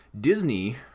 Disney